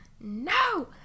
no